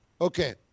Okay